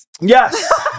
Yes